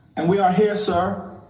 and we are here, sir,